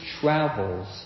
travels